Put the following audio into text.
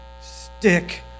Stick